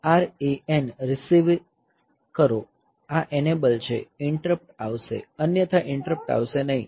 REN receive કરો આ enable છે ઈન્ટરપ્ટ આવશે અન્યથા ઈન્ટરપ્ટ આવશે નહીં